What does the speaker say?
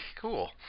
Cool